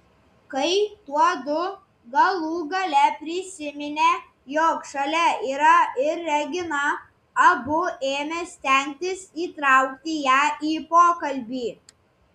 kai tuodu galų gale prisiminė jog šalia yra ir regina abu ėmė stengtis įtraukti ją į pokalbį